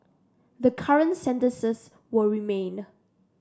the current sentences will remained